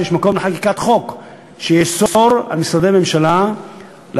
שיש מקום לחקיקת חוק שיאסור על משרדי ממשלה להעסיק